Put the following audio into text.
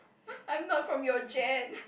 I'm not from your gen